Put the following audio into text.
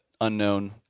unknown